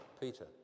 Peter